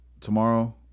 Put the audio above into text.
tomorrow